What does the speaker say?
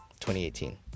2018